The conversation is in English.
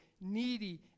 needy